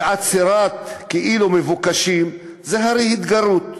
ועצירת כאילו מבוקשים, זה הרי התגרות.